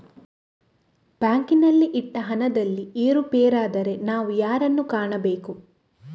ಬ್ಯಾಂಕಿನಲ್ಲಿ ಇಟ್ಟ ಹಣದಲ್ಲಿ ಏರುಪೇರಾದರೆ ನಾವು ಯಾರನ್ನು ಕಾಣಬೇಕು?